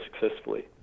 successfully